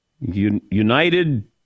United